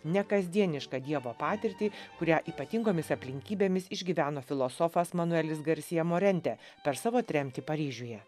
nekasdienišką dievo patirtį kurią ypatingomis aplinkybėmis išgyveno filosofas manuelis garsija morentė per savo tremtį paryžiuje